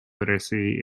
literacy